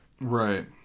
Right